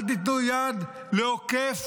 אל תיתנו יד לעוקף